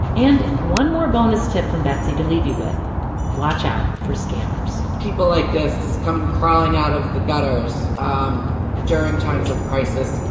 and one more bonus tip from betsy to leave you with watch out for scammers people like this come crawling out of the gutters um during times of crisis.